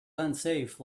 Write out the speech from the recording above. unsafe